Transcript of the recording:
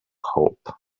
hope